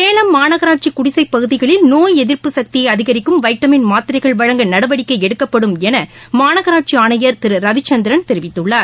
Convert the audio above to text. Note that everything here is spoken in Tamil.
சேலம் மாநகராட்சிகுடிசைப்பகுதிகளில் நோய் எதிர்ப்பு சக்தியைஅதிகரிக்கும் வைட்டமின் மாத்திரைகள் வழங்க நடவடிக்கைஎடுக்கப்படும் எனமாநகராட்சிஆணையர் திருரவிச்சந்திரன் தெரிவித்துள்ளார்